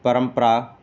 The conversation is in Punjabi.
ਪਰੰਪਰਾ